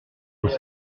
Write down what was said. vous